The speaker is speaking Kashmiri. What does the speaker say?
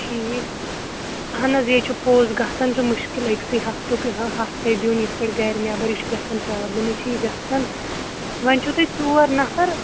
ٹھیٖک اہن حظ یہِ چھُ پوٚز گژھان چھُ مُشکِل أکسٕے ہَفتُک ہفتَے دِیُن یِتھ پٲٹھۍ گَرِ نٮ۪بر یہِ چھُ گژھان پرابلِمٕے چھِ یہِ گژھان وۄنۍ چھُو تۄہہِ ژور نَفر